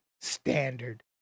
Standard